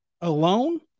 alone